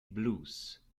blues